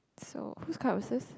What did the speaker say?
so whose cup was this